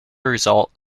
result